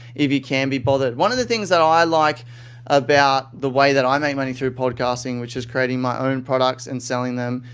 if you can be bothered. one of the things that i like about the way that i make money though podcasting, which is creating my own products and selling them,